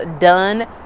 done